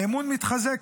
האמון מתחזק,